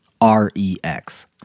R-E-X